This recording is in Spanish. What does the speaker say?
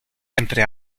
entre